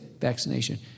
vaccination